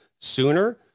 sooner